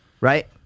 Right